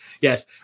Yes